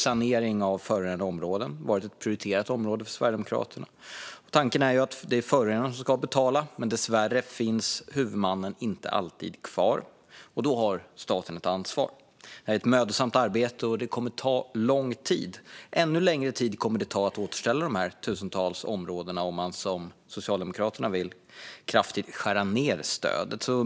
Sanering av förorenade områden har varit ett prioriterat område för Sverigedemokraterna. Tanken är att det är förorenaren som ska betala. Men dessvärre finns huvudmannen inte alltid kvar. Då har staten ett ansvar. Det är ett mödosamt arbete. Det kommer att ta lång tid, och ännu längre tid kommer det att ta att återställa de tusentals områdena om man, som Socialdemokraterna vill göra, kraftigt skär ned stödet.